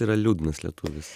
yra liūdnas lietuvis